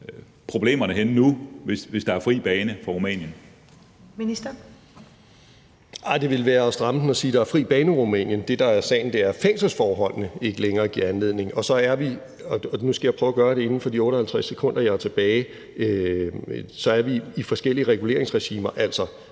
Kl. 11:46 Justitsministeren (Nick Hækkerup): Nej, det ville være at stramme den at sige, at der er fri bane i Rumænien. Det, der er sagen, er, at fængselsforholdene ikke længere giver anledning til det – nu skal jeg prøve at gøre det inden for de 58 sekunder, jeg har tilbage – og så er vi altså i forskellige reguleringsregimer.